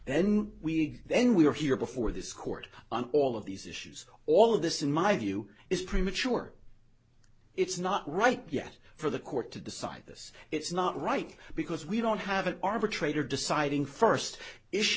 then we then we are here before this court and all of these issues all of this in my view is premature it's not right yet for the court to decide this it's not right because we don't have an arbitrator deciding first issue